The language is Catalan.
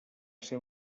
ser